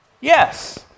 yes